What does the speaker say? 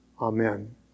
Amen